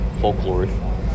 folklore